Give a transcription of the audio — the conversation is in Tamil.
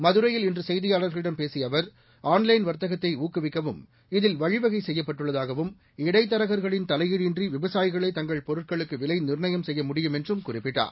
மதுரையில் இன்று செய்தியாளர்களிடம் பேசிய அவர் ஆன்லைன் வாத்தகத்தை ஊக்குவிக்கவும் இதில் வழிவகை செய்யப்பட்டுள்ளதாகவும் இடைத்தரகா்களின் தவையீடு இன்றி விவசாயிகளே தங்கள் பொருட்களுக்கு விலை நிர்ணயம் செய்ய முடியும் என்றும் குறிப்பிட்டார்